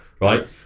right